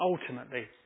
ultimately